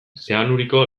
zeanuriko